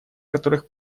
которых